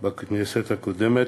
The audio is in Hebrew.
בכנסת הקודמת,